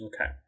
Okay